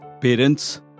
Parents